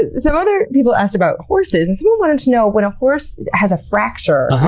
ah some other people asked about horses. and someone wanted to know when a horse has a fracture,